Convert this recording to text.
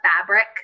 fabric